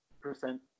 percent